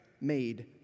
made